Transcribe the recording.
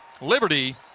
Liberty